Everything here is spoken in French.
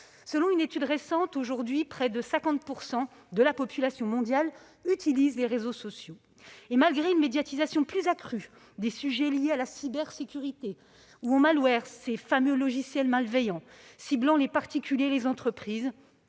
Selon une étude récente, aujourd'hui, près de 50 % de la population mondiale utilise les réseaux sociaux. Pourtant, malgré une médiatisation accrue des sujets liés à la cybersécurité ou aux- ces fameux logiciels malveillants ciblant les particuliers et les entreprises